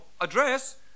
Address